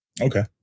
Okay